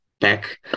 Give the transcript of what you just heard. back